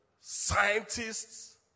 scientists